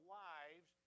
lives